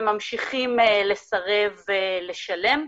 וממשיכים לסרב לשלם.